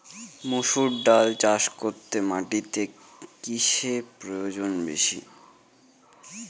মুসুর ডাল চাষ করতে মাটিতে কিসে প্রয়োজন বেশী?